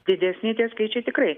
didesni tie skaičiai tikrai